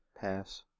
Pass